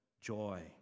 joy